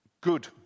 good